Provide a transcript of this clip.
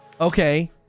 okay